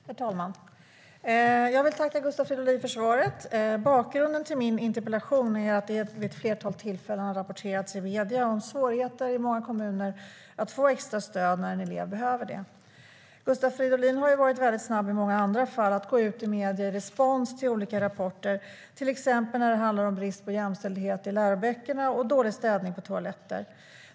Herr talman! Jag vill tacka Gustav Fridolin för svaret. Bakgrunden till min interpellation är att det vid ett flertal tillfällen har rapporterats i medierna om svårigheter i många kommuner att få extra stöd när en elev behöver det. Gustav Fridolin har i många andra fall varit väldigt snabb med att gå ut i medierna med respons på olika rapporter, till exempel när det handlar om brist på jämställdhet i läroböckerna och dålig städning på toaletter.